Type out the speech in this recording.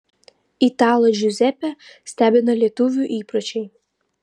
italą džiuzepę stebina lietuvių įpročiai